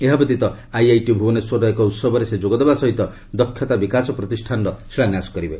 ଏହାବ୍ୟତୀତ ଆଇଆଇଟି ଭୁବନେଶ୍ୱରର ଏକ ଉତ୍ସବରେ ସେ ଯୋଗ ଦେବା ସହିତ ଦକ୍ଷତା ବିକାଶ ପ୍ରତିଷ୍ଠାନର ଶିଳାନ୍ୟାସ କରିବେ